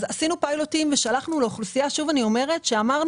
עשינו פיילוטים ושלחנו לאוכלוסייה שאמרנו